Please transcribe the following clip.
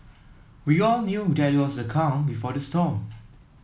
we all knew that it was the calm before the storm